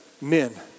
men